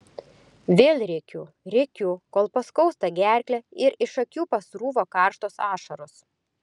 vėl rėkiu rėkiu kol paskausta gerklę ir iš akių pasrūva karštos ašaros